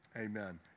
Amen